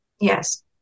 Yes